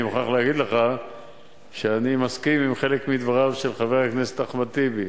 אני מוכרח להגיד לך שאני מסכים עם חלק מדבריו של חבר הכנסת אחמד טיבי,